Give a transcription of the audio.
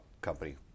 company